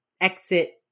Exit